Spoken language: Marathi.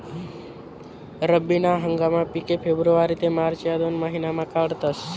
रब्बी ना हंगामना पिके फेब्रुवारी ते मार्च या दोन महिनामा काढातस